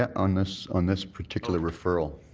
yeah, on this on this particular referral.